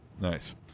Nice